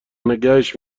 نگهش